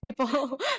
people